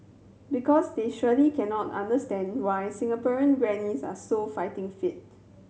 because they surely cannot understand why Singaporean grannies are so fighting fit